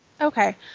okay